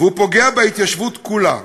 והוא פוגע בהתיישבות כולה.